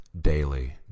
daily